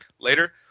later